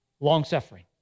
Long-suffering